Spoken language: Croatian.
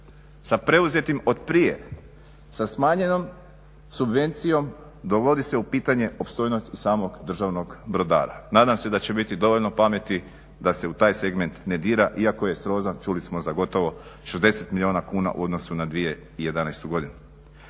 sa preuzetim od prije? Sa smanjenom subvencijom dovodi se u pitanje opstojnost i samog državnog brodara. Nadam se da će biti dovoljno pameti da se u taj segment ne dira iako je srozan čuli smo za gotovo 60 milijuna kuna u odnosu na 2011.godinu.